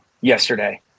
yesterday